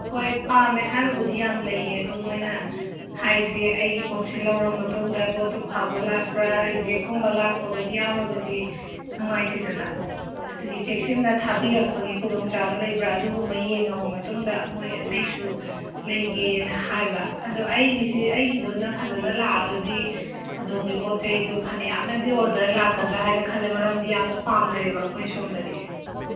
ꯍꯣꯏ ꯄꯥꯝꯃꯦ ꯍꯥꯏꯕꯕꯨꯗꯤ ꯌꯥꯝ ꯂꯩꯌꯦ ꯑꯗꯨ ꯃꯣꯏꯅ ꯍꯥꯏꯁꯦ ꯑꯩꯒꯤ ꯄꯣꯠꯁꯤ ꯂꯧꯔ ꯃꯇꯨꯡꯗ ꯄꯣꯠꯇꯨ ꯐꯕ ꯂꯥꯛꯄ꯭ꯔꯥ ꯔꯤꯖꯦꯛꯀꯨꯝꯕ ꯂꯥꯛꯄꯒꯗꯤ ꯌꯥꯎꯔꯒꯗꯤ ꯅꯨꯡꯉꯥꯏꯇꯦꯗꯅ ꯑꯗꯨꯒꯤ ꯆꯦꯛꯁꯤꯟꯅ ꯊꯥꯕꯤꯔꯛꯄꯒꯤ ꯈꯨꯗꯣꯡꯆꯥꯕ ꯂꯩꯕ꯭ꯔꯥ ꯑꯗꯨꯒꯨꯝꯕ ꯌꯦꯡꯉꯕ ꯃꯇꯨꯡꯗ ꯃꯣꯏ ꯑꯇꯩꯁꯨ ꯂꯩꯒꯦꯅ ꯍꯥꯏꯕ ꯑꯗꯣ ꯑꯩꯒꯤꯁꯤ ꯑꯩꯒꯤꯗꯨꯅ ꯐꯖꯅ ꯂꯥꯛꯑꯒꯗꯤ ꯑꯗꯣꯝꯒꯤ ꯄꯣꯠ ꯆꯩꯗꯣ ꯐꯅ꯭ꯌꯥꯝꯅꯗꯤ ꯑꯣꯔꯗꯔ ꯂꯥꯛꯀꯗ꯭ꯔꯥ ꯍꯥꯏꯅ ꯈꯜꯂꯦ ꯃꯔꯝꯗꯤ ꯌꯥꯝꯅ ꯄꯥꯝꯅꯔꯦꯕ ꯑꯩꯈꯣꯏ ꯁꯣꯝꯗꯗꯤ